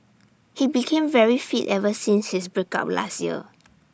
he became very fit ever since his break up last year